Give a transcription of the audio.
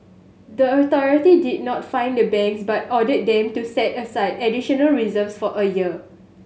the authority did not fine the banks but ordered them to set aside additional reserves for a year